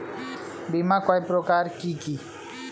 বীমা কয় প্রকার কি কি?